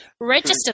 register